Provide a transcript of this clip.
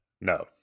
No